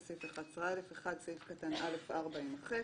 בסעיף 11א (1)סעיף קטן (א4) יימחק,